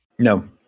No